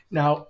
now